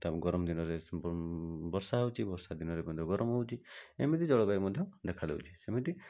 ଗରମ ଦିନରେ ବର୍ଷା ହେଉଛି ବର୍ଷା ଦିନରେ ଗରମ ହେଉଛି ଏମିତି ଜଳବାୟୁ ମଧ୍ୟ ଦେଖାଯାଉଛି ସେମିତି